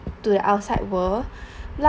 to the outside world